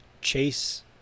chase